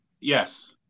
Yes